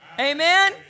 Amen